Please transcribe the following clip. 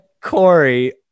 Corey